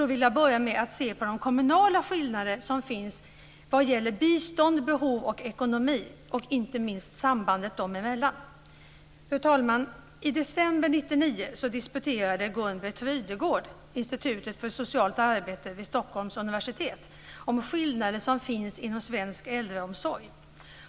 Då vill jag börja med att se på de kommunala skillnader som finns när det gäller bistånd, behov och ekonomi, och inte minst sambandet dem emellan. Fru talman! I december 1999 disputerade Gun Stockholms universitet, om skillnader som finns inom svensk äldreomsorg.